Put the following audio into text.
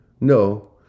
No